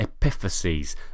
epiphyses